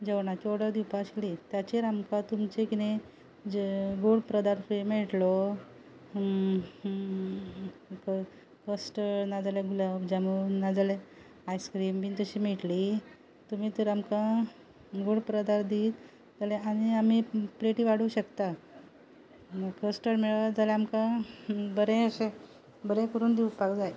जेवणाची ऑर्डर दिवपा आशिल्ली ताचेर आमकां तुमचें कितें गोड प्रदार्थ फ्री मेळटलो कस्टर्ड ना जाल्यार गुलाब जामून ना जाल्यार आयस क्रीम बी तशी मेळटली तुमी तर आमकां गोड प्रदार्थ दिता जाल्यार आनी आमी प्लेटी वाडोवंक शकता कस्टर्ड मेळत जाल्यार आमकां बरें अशें बरें करून दिवपाक जाय